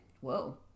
Whoa